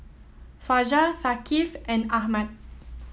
Fajar Thaqif and Ahmad